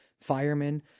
firemen